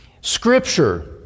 Scripture